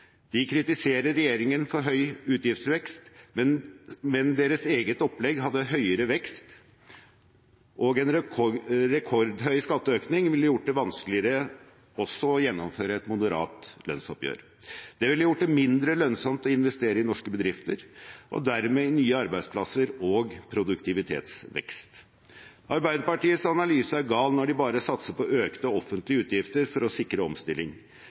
De kritiserer regjeringen for høy utgiftsvekst, men deres eget opplegg hadde høyere vekst, og en rekordhøy skatteøkning ville gjort det vanskeligere også å gjennomføre et moderat lønnsoppgjør. Det ville gjort det mindre lønnsomt å investere i norske bedrifter og dermed i nye arbeidsplasser og produktivitetsvekst. Arbeiderpartiets analyse er gal når de bare satser på økte offentlige utgifter for å sikre omstilling.